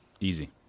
Easy